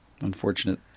unfortunate